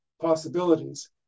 possibilities